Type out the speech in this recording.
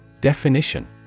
DEFINITION